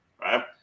right